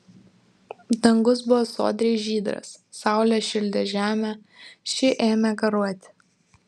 dangus buvo sodriai žydras saulė šildė žemę ši ėmė garuoti